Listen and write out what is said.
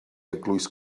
eglwys